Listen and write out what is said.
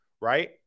right